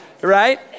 right